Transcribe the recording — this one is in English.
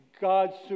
God's